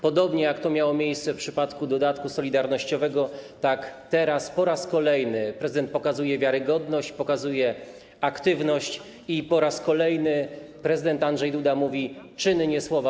Podobnie jak to miało miejsce w przypadku dodatku solidarnościowego, tak teraz po raz kolejny prezydent pokazuje wiarygodność, pokazuje aktywność i po raz kolejny prezydent Andrzej Duda mówi: czyny, nie słowa.